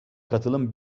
katılım